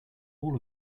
all